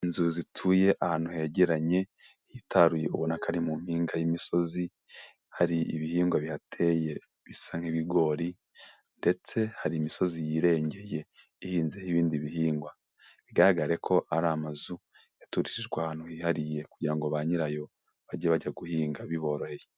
Inzu zituye ahantu hegeranye hitaruye ubonaka ari mu mpinga y'imisozi hari ibihingwa bihateye bisa nk'ibigori ndetse hari imisozi yirengeye ihinze ibindi bihingwa, bigaragare ko ari amazu yaturijwe ahantu hihariye kugira ngo ba nyirayo bajye bajya guhinga biboroheye.